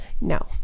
No